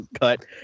cut